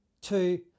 two